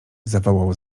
zawołał